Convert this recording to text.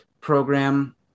program